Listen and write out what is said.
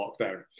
lockdown